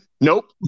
Nope